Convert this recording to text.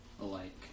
alike